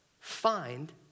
find